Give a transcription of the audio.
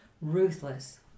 ruthless